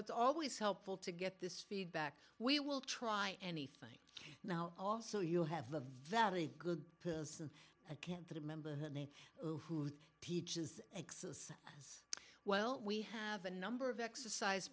it's always helpful to get this feedback we will try anything now also you have a very good person i can't remember her name who teaches x well we have a number of exercise